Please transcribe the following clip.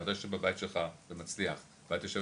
אם אתה יושב בבית שלך ומצליח ואת יושבת